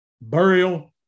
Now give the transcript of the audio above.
burial